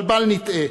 אבל בל נטעה,